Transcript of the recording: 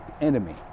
enemy